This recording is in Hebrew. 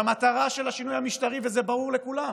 והמטרה של השינוי המשטרי, וזה ברור לכולם: